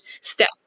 step